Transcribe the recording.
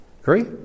agree